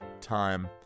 time